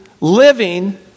living